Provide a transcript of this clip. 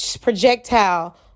projectile